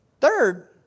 Third